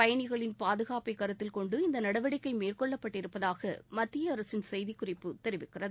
பயனிகளின் பாதுகாப்பை கருத்தில் கொண்டு இந்த நடவடிக்கை மேற்கொள்ளப்பட்டிருப்பதாக மத்திய அரசின் செய்திக் குறிப்பு தெரிவிக்கிறது